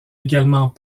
également